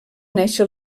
néixer